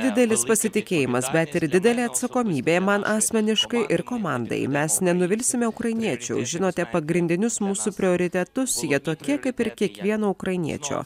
didelis pasitikėjimas bet ir didelė atsakomybė man asmeniškai ir komandai mes nenuvilsime ukrainiečių žinote pagrindinius mūsų prioritetus jie tokie kaip ir kiekvieno ukrainiečio